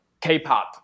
K-pop